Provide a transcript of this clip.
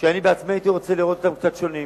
שאני עצמי הייתי רוצה לראות אותם קצת שונים.